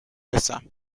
رسم